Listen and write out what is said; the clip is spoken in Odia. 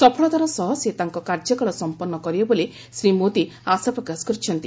ସଫଳତାର ସହ ସେ ତାଙ୍କ କାର୍ଯ୍ୟକାଳ ସମ୍ପନ୍ନ କରିବେ ବୋଲି ଶ୍ରୀ ମୋଦି ଆଶା ପ୍ରକାଶ କରିଛନ୍ତି